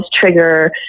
trigger